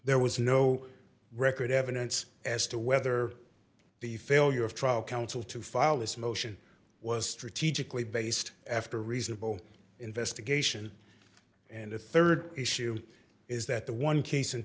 there was no record evidence as to whether the failure of trial counsel to file this motion was strategically based after reasonable investigation and a rd issue is that the one case in